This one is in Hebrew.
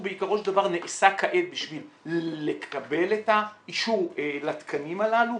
הוא בעיקרו של דבר נעשה כעת בשביל לקבל את האישור לתקנים הללו,